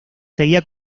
seguía